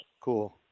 Cool